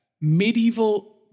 Medieval